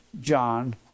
John